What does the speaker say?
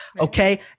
Okay